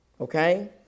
okay